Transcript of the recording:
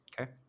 Okay